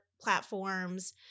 platforms